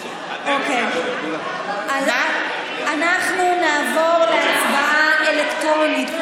אנחנו נעבור להצבעה אלקטרונית.